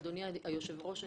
אדוני היושב-ראש,